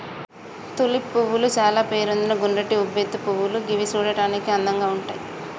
tulip పువ్వులు చాల పేరొందిన గుండ్రటి ఉబ్బెత్తు పువ్వులు గివి చూడడానికి అందంగా ఉంటయ్